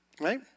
Right